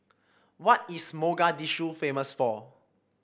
what is Mogadishu famous for